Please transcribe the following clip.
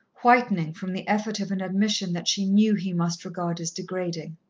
whitening from the effort of an admission that she knew he must regard as degrading.